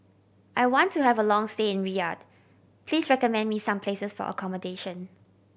I want to have a long stay in Riyadh please recommend me some places for accommodation